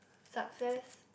success